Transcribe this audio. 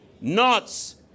Nuts